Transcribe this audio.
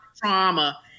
trauma